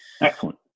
Excellent